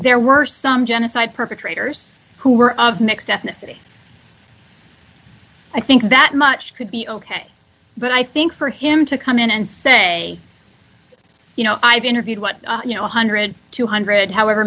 there were some genocide perpetrators who were of mixed ethnicity i think that much could be ok but i think for him to come in and say you know i've interviewed what you know ten thousand two hundred however